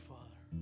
Father